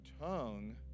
tongue